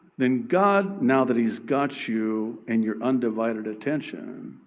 then god, now that he's got you and your undivided attention,